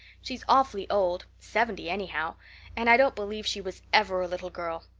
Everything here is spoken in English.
she's awfully old seventy anyhow and i don't believe she was ever a little girl.